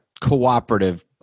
cooperative